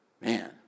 Man